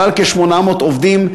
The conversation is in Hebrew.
שכלל כ-800 עובדים,